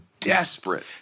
desperate